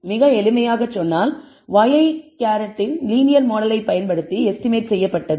மிகவும் எளிமையாக சொன்னால் ŷi லீனியர் மாடலை பயன்படுத்தி எஸ்டிமேட் செய்யபட்டது